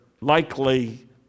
likely